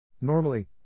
Normally